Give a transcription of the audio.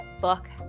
book